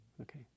Okay